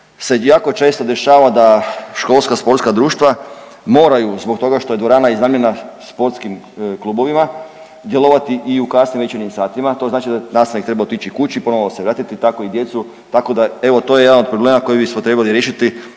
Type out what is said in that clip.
se jako često dešava da školska sportska društva moraju zbog toga što je dvorana iznajmljena sportskim klubovima djelovati i u kasnim večernjim satima. To znači da nastavnik treba otići kući, ponovno se vratiti i tako i djecu. Tako da evo to je jedan od problema koji bismo trebali riješiti